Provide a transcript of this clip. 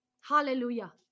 hallelujah